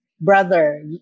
brother